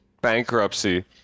bankruptcy